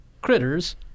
critters